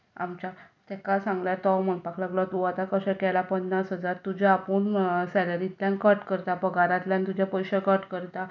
आमच्या ताका सांगल्यार तो म्हणपाक लागलो तूं आतां कशे केला पन्नास हजार तुजे आपूण सॅलरींतल्यान कट करता पगारांतल्यान तुजे पयशे कट करता